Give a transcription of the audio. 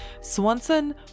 Swanson